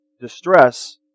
distress